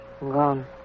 gone